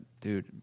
Dude